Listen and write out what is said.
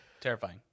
terrifying